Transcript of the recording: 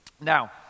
Now